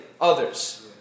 others